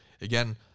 again